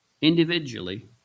individually